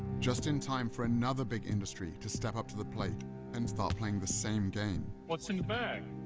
just in time for another big industry to step up to the plate and start playing the same game. what's in the bag?